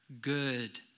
good